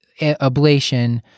ablation